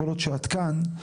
כל עוד שאת כאן,